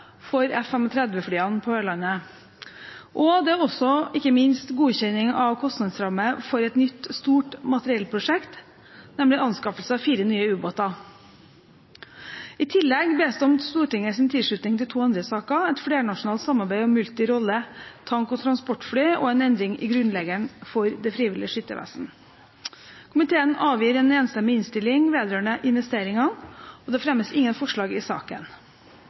og nye hangarer for F-35-flyene på Ørlandet. Det er også ikke minst godkjenning av kostnadsramme for et nytt stort materiellprosjekt, nemlig anskaffelse av fire nye ubåter. I tillegg bes det om Stortingets tilslutning til to andre saker: et flernasjonalt samarbeid om multirolle tank- og transportfly og en endring i grunnregelen for Det frivillige Skyttervesen. Komiteen avgir en enstemmig innstilling vedrørende investeringene, og det fremmes ingen forslag i